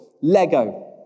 Lego